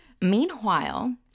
meanwhile